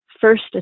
first